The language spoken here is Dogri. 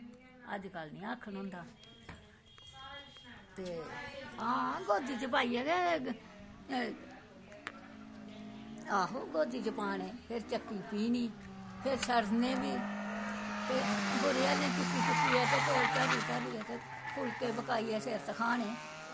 अजकल्ल निं आक्खन होंदा ते आं गोदी च पाइयै गै आहो गोदी च पान्ने फिर चक्की पीह्नी ते छट्टनै बी ते बूरेआं चुक्की चुक्कियै ते कोल धरी धरियै फुलकै पकाइयै सिर धुखाने